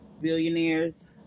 billionaires